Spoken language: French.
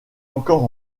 encore